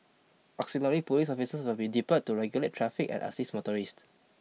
auxiliary police officers will be deployed to regulate traffic and assist motorists